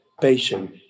patient